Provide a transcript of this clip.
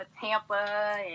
Tampa